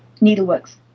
Needleworks